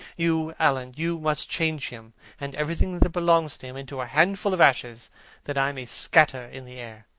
you, alan, you must change him, and everything that belongs to him, into a handful of ashes that i may scatter in the air.